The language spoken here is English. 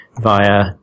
via